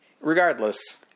Regardless